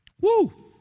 Woo